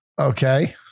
Okay